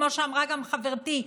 כמו שאמרה גם חברתי,